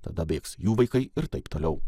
tada bėgs jų vaikai ir taip toliau